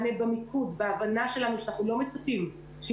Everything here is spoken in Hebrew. הוא מעמיק מאוד כל מקום שאנחנו מגיעים אנחנו מוצאים אותו